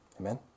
Amen